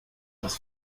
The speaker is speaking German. das